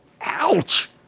Ouch